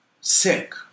sick